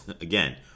Again